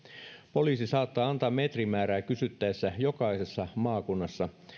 poliisi saattaa antaa metrimäärää kysyttäessä jokaisessa maakunnassa